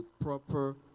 proper